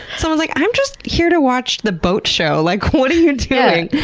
someone's like, i'm just here to watch the boat show. like, what are you doing?